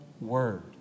word